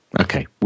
Okay